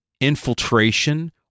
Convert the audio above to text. infiltration